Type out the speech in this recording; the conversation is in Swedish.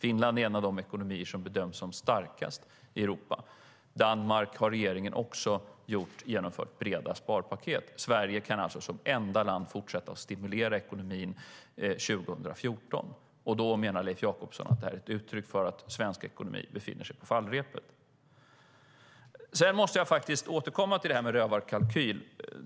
Finland är en av de ekonomier som bedöms som starkast i Europa. I Danmark har regeringen också genomfört breda sparpaket. Sverige kan alltså som enda land fortsätta att stimulera ekonomin 2014. Då menar Leif Jakobsson att det är ett uttryck för att svensk ekonomi är på fallrepet. Sedan måste jag återkomma till detta med rövarkalkyl.